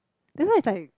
this one is like